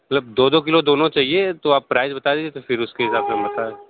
मतलब दो दो किलो दोनों चाहिए तो आप प्राइज बता दीजिए तो फिर उसके हिसाब से हम बताएं